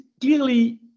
clearly